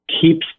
keeps